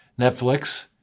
Netflix